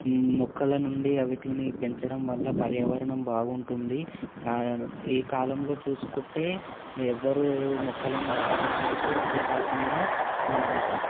మొక్కల నుండి అవిటిని పెంచడం వల్ల పర్యావరణం బాగుంటుంది ఈ కాలంలో చూసుకుంటే ఎవ్వరు మొక్కలు నాటడం లేదు అది కాకుండా